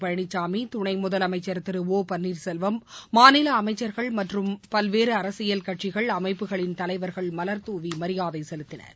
பழனிசாமி துணை முதலமைச்சா் திரு ஓ பன்னீா்செல்வம் மாநில அமைச்சா்கள் மற்றும் பல்வேறு அரசியல் கட்சிகள் அமைப்புகளின் தலைவர்கள் மல்தூவி மரியாதை செலுத்தினர்